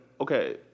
Okay